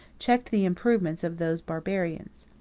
checked the improvements of those barbarians.